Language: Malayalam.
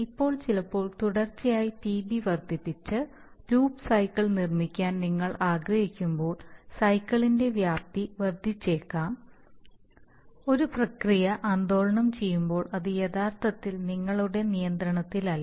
ഇപ്പോൾ ചിലപ്പോൾ തുടർച്ചയായി പിബി വർദ്ധിപ്പിച്ച് ലൂപ്പ് സൈക്കിൾ നിർമ്മിക്കാൻ നിങ്ങൾ ആഗ്രഹിക്കുമ്പോൾ സൈക്കിളിന്റെ വ്യാപ്തി വർദ്ധിച്ചേക്കാം ഒരു പ്രക്രിയ ആന്ദോളനം ചെയ്യുമ്പോൾ അത് യഥാർത്ഥത്തിൽ നിങ്ങളുടെ നിയന്ത്രണത്തിലല്ല